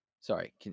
Sorry